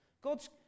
God's